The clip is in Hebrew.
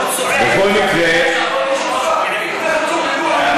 הוא צועק, בכל מקרה, טלב.